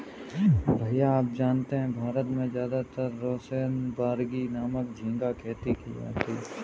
भैया आप जानते हैं भारत में ज्यादातर रोसेनबर्गी नामक झिंगा खेती की जाती है